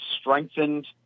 strengthened